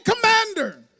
commander